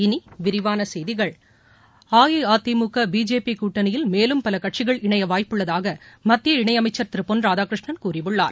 இனி விரிவான செய்திகள் அடிஅதிமுக பிஜேபி கூட்டணியில் மேலும் பல கட்சிகள் இணைய வாய்ப்பு உள்ளதாக மத்திய இணையமைச்சர் திரு பொன் ராதாகிருஷ்ணன் கூறியுள்ளார்